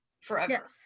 forever